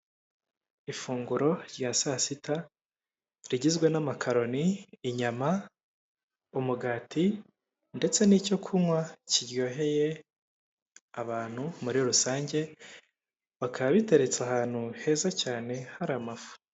Ifunguro rya sasita rigizwe n'amakaroni, inyama, umugati ndetse n'icyo kunywa kiryoheye abantu muri rusange, bakaba biteretse ahantu heza cyane hari amafu.